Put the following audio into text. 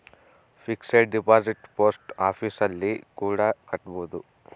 fixed deposit post office ಅಲ್ಲಿ ಕೂಡ ಕಟ್ಬೋದು